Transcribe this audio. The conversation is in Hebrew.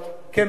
בלילה,